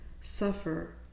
suffer